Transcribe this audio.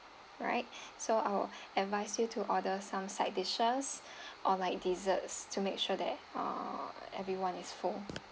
right so I'll advice you to order some side dishes or like dessert to make sure that uh everyone is full